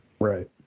Right